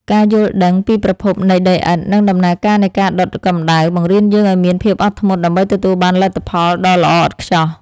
ការយល់ដឹងពីប្រភពនៃដីឥដ្ឋ និង ដំណើរការនៃការដុតកម្ដៅ បង្រៀនយើងឱ្យមានភាពអត់ធ្មត់ដើម្បីទទួលបានលទ្ធផលដ៏ល្អឥតខ្ចោះ។